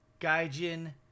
Gaijin